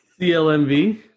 CLMV